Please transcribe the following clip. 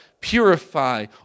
Purify